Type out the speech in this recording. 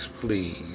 please